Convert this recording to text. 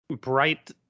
bright